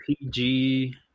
PG